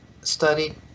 studied